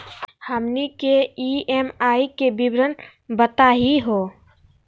हमनी के ई.एम.आई के विवरण बताही हो?